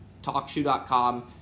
Talkshoe.com